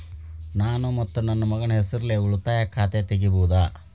ನಾನು ಮತ್ತು ನನ್ನ ಮಗನ ಹೆಸರಲ್ಲೇ ಉಳಿತಾಯ ಖಾತ ತೆಗಿಬಹುದ?